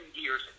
years